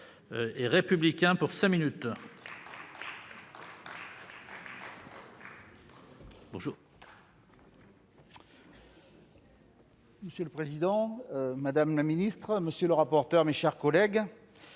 Monsieur le président, madame la ministre, monsieur le ministre, mes chers collègues,